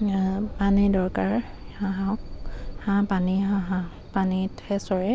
পানী দৰকাৰ হাঁহক হাঁহ পানী হাঁহ পানীতহে চৰে